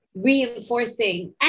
reinforcing